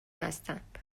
هستند